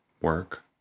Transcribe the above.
work